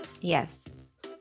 Yes